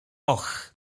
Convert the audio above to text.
och